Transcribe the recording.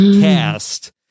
cast